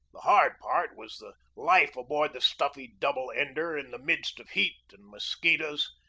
the hard part was the life aboard the stuffy double-ender in the midst of heat and mos quitoes,